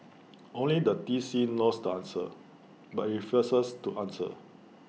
only the T C knows the answer but IT refuses to answer